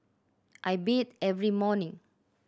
I bathe every morning